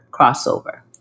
crossover